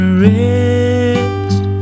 rest